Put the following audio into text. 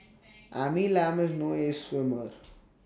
Amy Lam is no ace swimmer